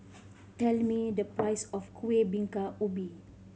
tell me the price of Kueh Bingka Ubi